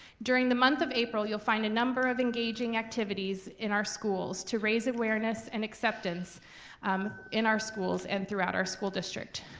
during the month of april you'll find a number of engaging activities in our schools to raise awareness and acceptance um in our schools and throughout our school district.